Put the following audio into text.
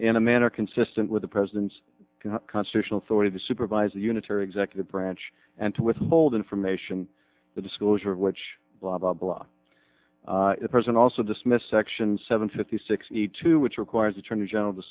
in a manner consistent with the president's constitutional authority to supervise the unitary executive branch and to withhold information the disclosure of which blah blah blah the president also dismissed section seven fifty sixty two which requires attorney general to